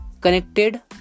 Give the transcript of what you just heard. connected